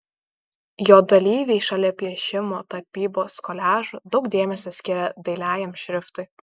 jo dalyviai šalia piešimo tapybos koliažų daug dėmesio skiria dailiajam šriftui